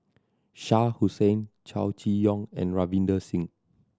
Shah Hussain Chow Chee Yong and Ravinder Singh